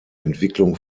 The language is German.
entwicklung